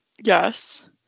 Yes